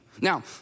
now